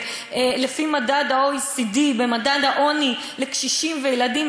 לפי מדד ה-OECD במדד העוני לקשישים וילדים,